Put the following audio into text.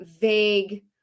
vague